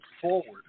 forward